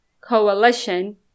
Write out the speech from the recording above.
coalition